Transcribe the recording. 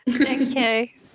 Okay